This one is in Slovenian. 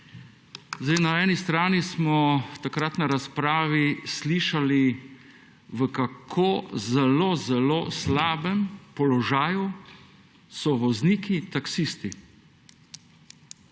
Na eni strani smo takrat na razpravi slišali v kako zelo zelo slabem položaju so vozniki taksisti.